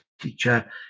teacher